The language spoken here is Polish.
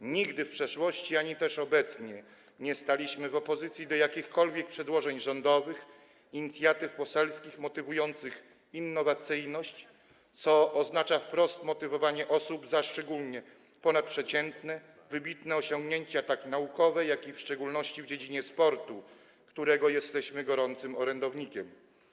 Ani nigdy w przeszłości nie staliśmy, ani obecnie nie stoimy w opozycji do jakichkolwiek przedłożeń rządowych, inicjatyw poselskich motywujących innowacyjność, co oznacza wprost motywowanie osób za szczególne, ponadprzeciętne, wybitne osiągnięcia zarówno naukowe, jak i w szczególności w dziedzinie sportu, którego jesteśmy gorącymi orędownikami.